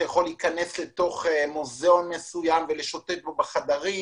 אתה יכול להיכנס למוזיאון מסוים ולשוטט בו בחדרים.